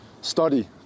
study